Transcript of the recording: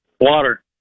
Water